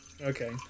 Okay